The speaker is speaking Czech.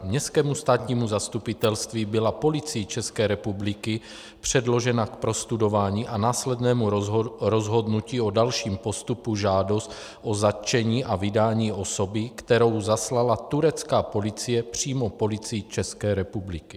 Městskému státnímu zastupitelství byla Policií České republiky předložena k prostudování a následnému rozhodnutí o dalším postupu žádost o zatčení a vydání osoby, kterou zaslala turecká policie přímo Policii České republiky.